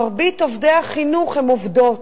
מרבית עובדי החינוך הם עובדות.